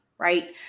right